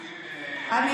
לאחמד טיבי ולבן גביר מותר?